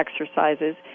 exercises